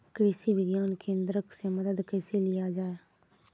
कृषि विज्ञान केन्द्रऽक से मदद कैसे लिया जाय?